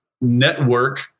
network